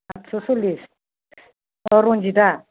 आदस' सल्लिस अ रन्जिता